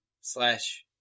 slash